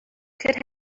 could